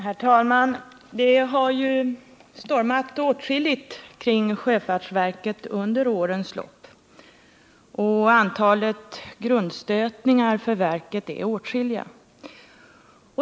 Herr talman! Det har ju stormat åtskilligt kring sjöfartsverket under årens lopp, och antalet grundstötningar för verket är åtskilliga.